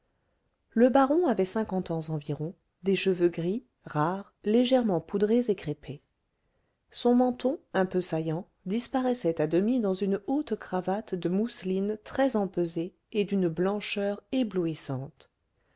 le baron avait cinquante ans environ des cheveux gris rares légèrement poudrés et crêpés son menton un peu saillant disparaissait à demi dans une haute cravate de mousseline très empesée et d'une blancheur éblouissante